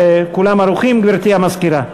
גברתי המזכירה,